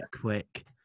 quick